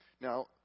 Now